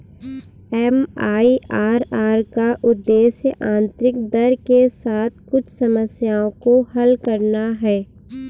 MIRR का उद्देश्य आंतरिक दर के साथ कुछ समस्याओं को हल करना है